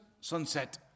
sunset